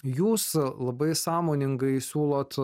jūs labai sąmoningai siūlot